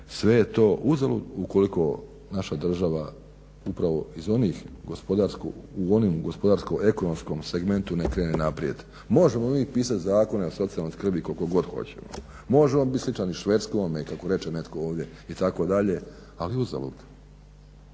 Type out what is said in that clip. Sve je to uzalud ukoliko naša država upravo u onim gospodarsko-ekonomskom segmentu krene naprijed. Možemo mi pisat zakone o socijalnoj skrbi koliko god hoćemo, možemo … Švedskom kako reče netko ovdje itd., ali uzalud.